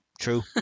True